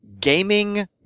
gaming